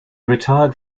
retired